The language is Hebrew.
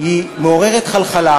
היא מעוררת חלחלה,